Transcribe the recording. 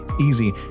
easy